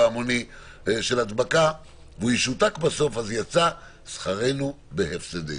המוני של הדבקה והוא ישותק בסוף אז יצא שכרנו בהפסדנו.